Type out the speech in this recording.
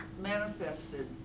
manifested